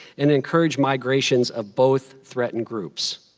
and it encouraged migration of both threatened groups.